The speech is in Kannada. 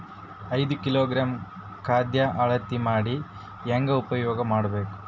ಐದು ಕಿಲೋಗ್ರಾಂ ಖಾದ್ಯ ಅಳತಿ ಮಾಡಿ ಹೇಂಗ ಉಪಯೋಗ ಮಾಡಬೇಕು?